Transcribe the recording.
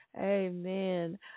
Amen